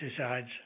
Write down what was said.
pesticides